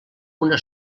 una